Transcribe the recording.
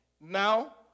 now